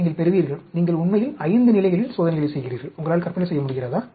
நீங்கள் பெறுவீர்கள் நீங்கள் உண்மையில் 5 நிலைகளில் சோதனைகளை செய்கிறீர்கள் உங்களால் கற்பனை செய்ய முடிகிறதா